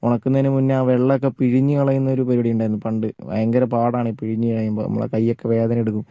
ഉണക്കുന്നതിന് മുന്നെ ആ വെള്ളം ഒക്കെ പിഴിഞ്ഞ് കളയുന്ന ഒരു പരിപാടി ഉണ്ടായിരുന്നു പണ്ട് ഭയങ്കര പാടാണ് പിഴിഞ്ഞ് കളയുമ്പോൾ നമ്മളെ കയ്യൊക്കെ വേദന എടുക്കും